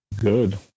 Good